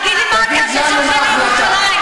תגיד לנו מה ההחלטה.